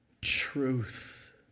Truth